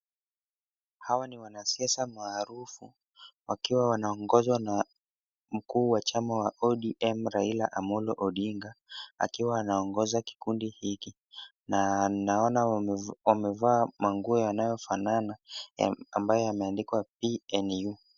Hawa ni wanasiasa maarufu wakiwa wanaongozwa na mkuu wa chama wa ODM Raila Amollo Odinga. Akiwa anaongoza kikundi hiki na naona wamevaa manguo yanayofanana ambayo yameandikwa PNU.